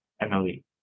emily